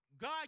God